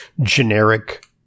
generic